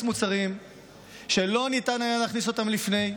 מוצרים שלא ניתן היה להכניס אותם לפני כן.